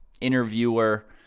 interviewer